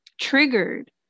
triggered